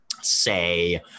say